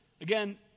Again